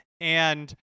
and-